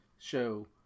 show